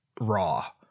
raw